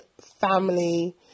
family